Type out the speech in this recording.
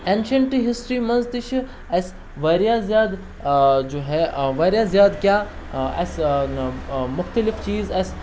ancient history منٛز تہِ چھِ اَسہِ واریاہ زیادٕ جو ہے واریاہ زیادٕ کیٛاہ اَسہِ مختلف چیٖز اَسہِ